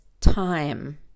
time